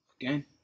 again